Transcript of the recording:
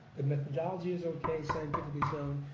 the methodology is ok, scientifically sound,